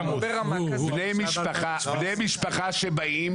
בני משפחה שבאים,